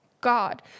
God